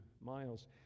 miles